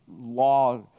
law